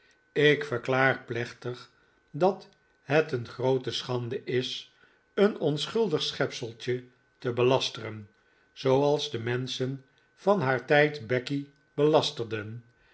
ik verklaar plechtig dat het een groote schande is een onschuldig schepseltje te belasteren zooals de menschen van haar tijd becky belasterden